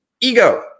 ego